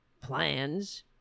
plans